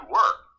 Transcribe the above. work